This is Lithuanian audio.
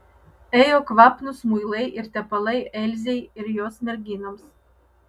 ėjo kvapnūs muilai ir tepalai elzei ir jos merginoms